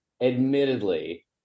admittedly